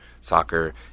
soccer